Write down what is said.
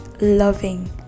loving